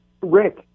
Rick